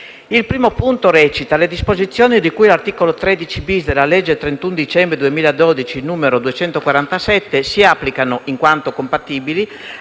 Il primo punto prevede che le disposizioni di cui all'articolo 13-*bis* della legge 31 dicembre 2012, n. 247, si applichino, in quanto compatibili,